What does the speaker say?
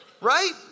right